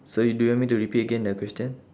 so you do you want me to repeat again the question